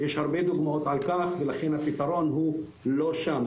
יש הרבה דוגמאות על כך ולכן הפתרון הוא לא שם.